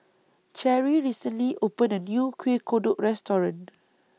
Cherrie recently opened A New Kueh Kodok Restaurant